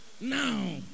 Now